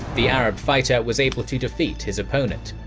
the arab fighter was able to defeat his opponent.